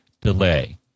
delay